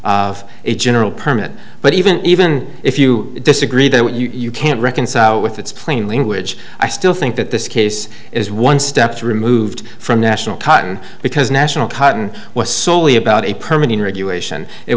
of a general permit but even even if you disagree that you can't reconcile it with its plain language i still think that this case is one step removed from national cotton because national cotton was soley about a permanent regulation it